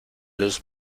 luz